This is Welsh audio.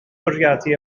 bwriadu